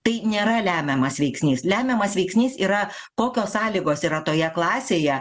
tai nėra lemiamas veiksnys lemiamas veiksnys yra kokios sąlygos yra toje klasėje